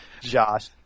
Josh